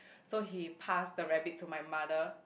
so he passed the rabbit to my mother